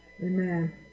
Amen